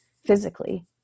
physically